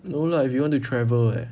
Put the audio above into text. no lah if you want to travel leh